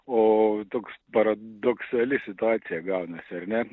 o toks paradoksali situacija gaunasi ar ne